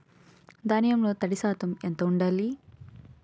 ధాన్యంలో తడి శాతం ఎంత ఉండాలి?